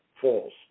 false